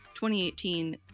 2018